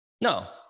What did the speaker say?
No